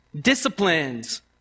disciplines